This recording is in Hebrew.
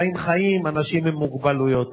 שבהם חיים אנשים עם מוגבלויות.